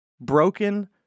Broken